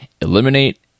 eliminate